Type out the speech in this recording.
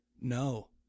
no